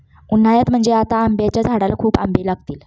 उन्हाळ्यात म्हणजे आता आंब्याच्या झाडाला खूप आंबे लागतील